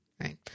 Right